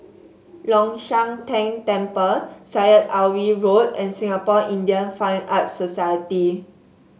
Long Shan Tang Temple Syed Alwi Road and Singapore Indian Fine Arts Society